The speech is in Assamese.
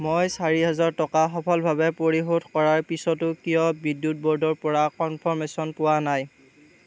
মই চাৰি হাজাৰ টকা সফলভাৱে পৰিশোধ কৰাৰ পিছতো কিয় বিদ্যুৎ ব'ৰ্ডৰ পৰা কনফাৰ্মেশ্য়ন পোৱা নাই